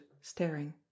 staring